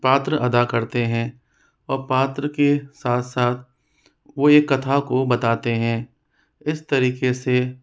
पात्र अदा करते हैं और पात्र के साथ साथ वह एक कथा को बताते हैं इस तरीके से